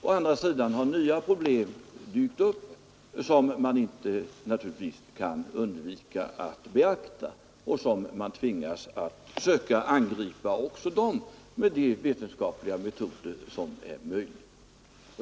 Å andra sidan har nya problem dykt upp, som man inte kan undvika att beakta och som man tvingas att angripa med de vetenskapliga metoder som är tillgängliga.